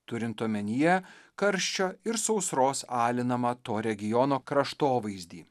turint omenyje karščio ir sausros alinamą to regiono kraštovaizdį